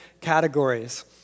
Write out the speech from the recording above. categories